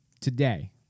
today